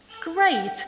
Great